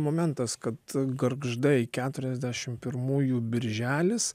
momentas kad gargždai keturiasdešim pirmųjų birželis